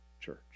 church